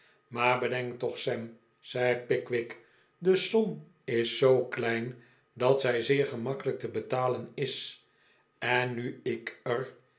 maar bedenk toch sam zei pickwick desom is zoo klein dat zij zeer gemakkelijk te betalen is en nu ik er